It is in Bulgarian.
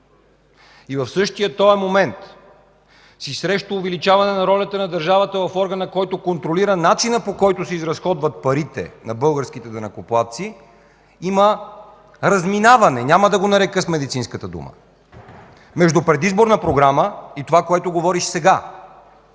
но в същия този момент си срещу увеличаване ролята на държавата в органа, който контролира начина, по който се изразходват парите на българските данъкоплатци, няма да го нарека с медицинската дума, има разминаване между предизборната програма и това, което говориш сега.